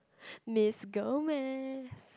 Miss Gomez